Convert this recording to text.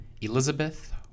Elizabeth